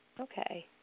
okay